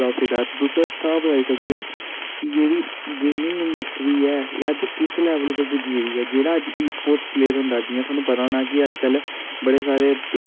हर ग्रांऽ च कोई न कोई मैच कोई न कोई गेंम जेह्ड़ी ऐ स्पोटस दी ओह् होनी चाही दी ऐ ते ओह्दी बज़ह कन्ने गै अग्गें जेह्ड़े बच्चें गी होर खेल कूद दे बारे च पता लग्गै